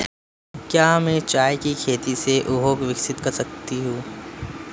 क्या मैं चाय की खेती से उद्योग विकसित कर सकती हूं?